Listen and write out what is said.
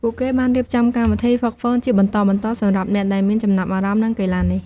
ពួកគេបានរៀបចំកម្មវិធីហ្វឹកហ្វឺនជាបន្តបន្ទាប់សម្រាប់អ្នកដែលមានចំណាប់អារម្មណ៍នឹងកីឡានេះ។